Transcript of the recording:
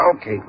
Okay